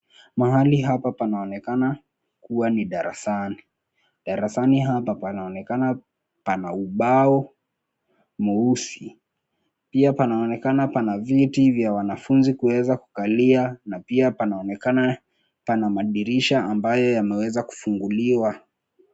Mahali hapa panaonekana kuwa ni darasani, darasani hapa panaoneka pana ubao mweusi, pia panaonekana viti vya wanafunzi kuweza kukalia na pia panaonekana pana madirisha ambayo yameweza kufunguliwa.